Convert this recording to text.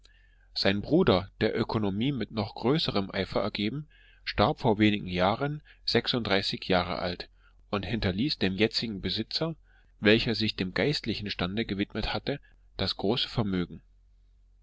sein bruder der ökonomie mit noch größerem eifer ergeben starb vor wenigen jahren sechsunddreißig jahre alt und hinterließ dem jetzigen besitzer welcher sich dem geistlichen stande gewidmet hatte das große vermögen